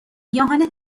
گیاهان